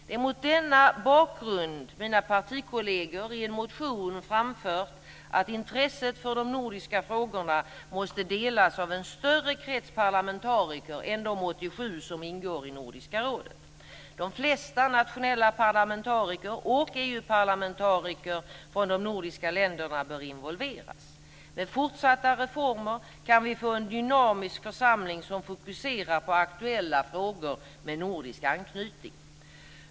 Det är mot denna bakgrund som mina partikolleger i en motion framfört att intresset för de nordiska frågorna måste delas av en större krets parlamentariker än de 87 som ingår i Nordiska rådet. De flesta nationella parlamentariker och EU-parlamentariker från de nordiska länderna bör involveras. Med fortsatta reformer kan vi få en dynamisk församling, som fokuserar på aktuella frågor med nordisk anknytning.